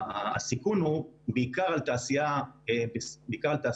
היא בעיקר על תעשיות קטנות